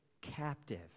captive